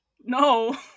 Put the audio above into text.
No